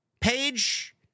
Page